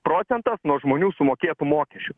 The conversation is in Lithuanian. procentas nuo žmonių sumokėtų mokesčių